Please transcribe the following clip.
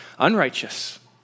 unrighteous